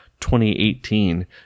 2018